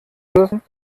dürfen